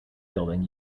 building